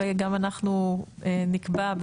וגם אנחנו נקבע סיור,